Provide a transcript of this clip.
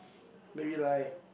maybe like